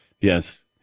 Yes